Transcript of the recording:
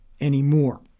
anymore